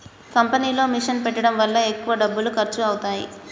కంపెనీలో మిషన్ పెట్టడం వల్ల ఎక్కువ డబ్బులు ఖర్చు అవుతాయి